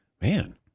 Man